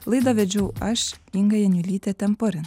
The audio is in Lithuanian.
laidą vedžiau aš inga janiulytė temporin